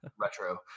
retro